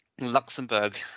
Luxembourg